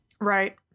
Right